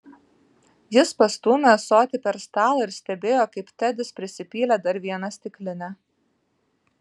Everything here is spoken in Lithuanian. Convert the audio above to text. jis pastūmė ąsotį per stalą ir stebėjo kaip tedis prisipylė dar vieną stiklinę